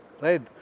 right